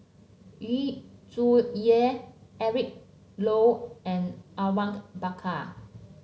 Yu Zhuye Eric Low and Awang Bakar